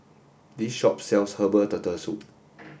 this shop sells herbal turtle soup